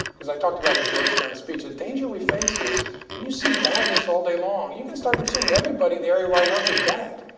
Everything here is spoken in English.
because i talked about in the georgetown speech, the danger we face is you see badness all day long. you can start to assume everybody in the area where i work is bad.